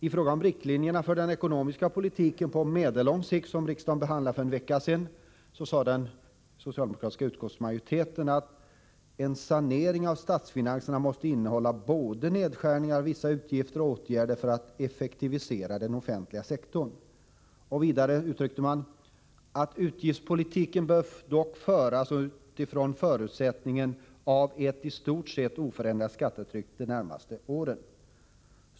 I fråga om riktlinjerna för den ekonomiska politiken på medellång sikt, som riksdagen behandlade för en vecka sedan, sade den socialdemokratiska utskottsmajoriteten att en sanering av statsfinanserna måste innehålla både nedskärningar av vissa utgifter och åtgärder för att effektivisera den offentliga sektorn. Vidare uttryckte man att utgiftspolitiken dock bör föras utifrån förutsättningen av ett i stort sett oförändrat skattetryck de närmaste åren.